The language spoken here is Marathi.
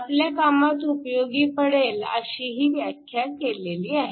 आपल्या कामात उपयोगी पडेल अशी ही व्याख्या आपण केलेली आहे